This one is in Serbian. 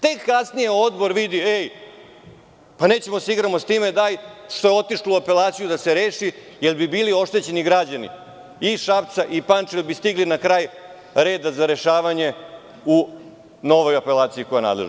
Tek kasnije odbor video, nećemo da se igramo s time, daj što je otišlo u apelaciju da se reši jer bi bili oštećeni građani i Šapca i Pančeva bi stigli na kraj reda za rešavanje u novoj apelaciji koja je nadležna.